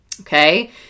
okay